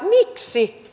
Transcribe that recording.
miksi